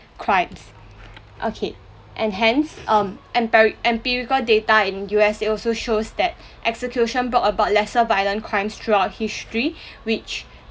crimes okay and hence um empiri~ empirical data in U_S they also shows that execution brought about lesser violent crimes throughout history which